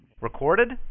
Recorded